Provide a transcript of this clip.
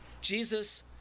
Jesus